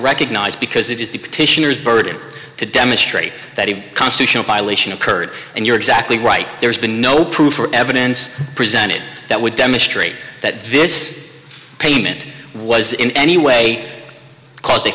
recognize because it is the petitioners bird to demonstrate that a constitutional violation occurred and you're exactly right there's been no proof or evidence presented that would demonstrate that this payment was in any way cause the